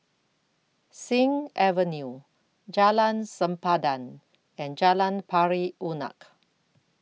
Sing Avenue Jalan Sempadan and Jalan Pari Unak